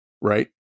right